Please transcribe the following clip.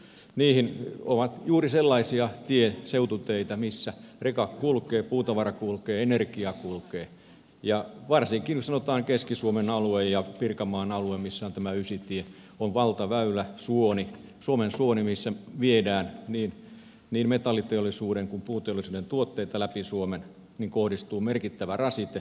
ne ovat juuri sellaisia seututeitä millä rekat kulkevat puutavara kulkee energia kulkee ja varsinkin sanotaan keski suomen alueeseen ja pirkanmaan alueeseen missä on tämä ysitie valtaväylä suomen suoni millä viedään niin metalliteollisuuden kuin puuteollisuuden tuotteita läpi suomen kohdistuu merkittävä rasite